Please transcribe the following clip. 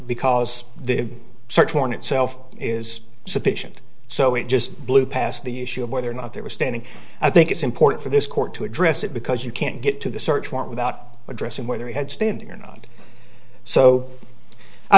because the search warrant itself is sufficient so it just blew past the issue of whether or not there was standing i think it's important for this court to address it because you can't get to the search warrant without addressing whether he had standing or not so i